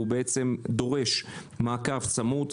הוא שוק שדורש מעקב צמוד.